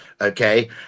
okay